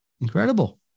Incredible